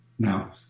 Now